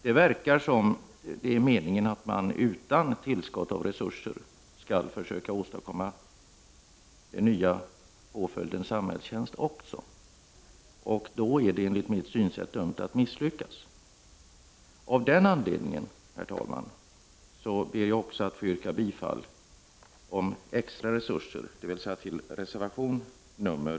Det verkar som om det är meningen att man utan tillskott av resurser skall försöka åstadkomma också den nya påföljden samhällstjänst. Det är enligt mitt sätt att se dömt att misslyckas. Av den anledningen, herr talman, ber jag att få yrka bifall till reservation nr 7 om extra resurser.